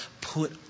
put